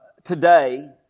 today